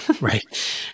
Right